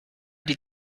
die